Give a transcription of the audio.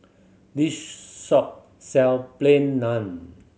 this shop sells Plain Naan